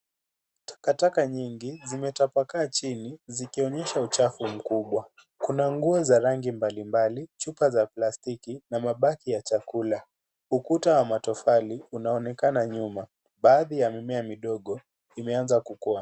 Takataka nyingi zimetapakaa chini zikionyesha uchafu mkubwa. Kuna nguo za rangi mbalimbali , chupa za plastiki na mabaki ya chakula . Ukuta wa matofali unaonekana nyuma . Baadhi ya mimea midogo imeanza kukua.